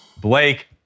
Blake